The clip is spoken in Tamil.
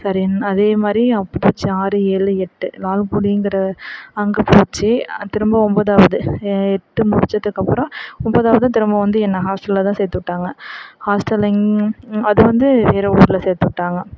சரி அதே மாதிரி அப்படிச்சி ஆறு ஏழு எட்டு லால்குடிங்கிற அங்கே போச்சு திரும்பவும் ஒன்பதாவது எட்டு முடித்ததுக்கு அப்புறம் ஒன்பதாவது திரும்பவும் வந்து என்னை ஹாஸ்டலில் தான் சேர்த்து விட்டாங்க ஹாஸ்டலில் அது வந்து வேறு ஊரில் சேர்த்து விட்டாங்க